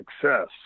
success